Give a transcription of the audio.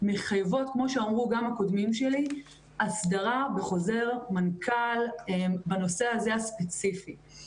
מחייבות הסדרה בחוזר מנכ"ל בנושא הספציפי הזה,